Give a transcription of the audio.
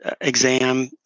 exam